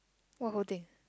what whole thing